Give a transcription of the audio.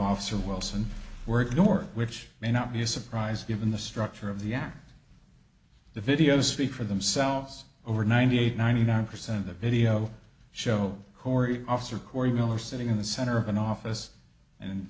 officer wilson were ignored which may not be a surprise given the structure of the act the videos speak for themselves over ninety eight ninety nine percent of the video show corey officer coryell or sitting in the center of an office and